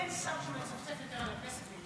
אין שר שמצפצף על הכנסת יותר ממנו.